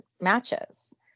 matches